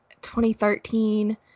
2013